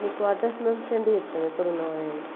మీకు అడ్రస్ మేము సెండ్ చేస్తాం ఎక్కడ ఉన్నాం అనేది